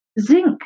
zinc